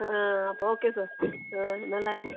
ആ ആ അപ്പോൾ ഓക്കെ സാർ ആ നല്ല കാര്യം